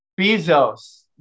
Bezos